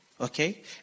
Okay